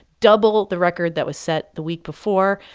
double the record that was set the week before.